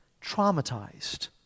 Traumatized